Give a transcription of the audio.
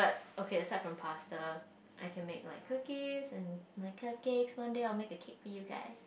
okay except from pasta I can make like cookies and like cupcakes one day I will make a cake for you guys